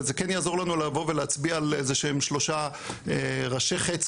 וזה כן יעזור לנו לבוא ולהצביע על איזה שהם שלושה ראשי חץ,